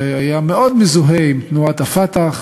שהיה מאוד מזוהה עם תנועת ה"פתח",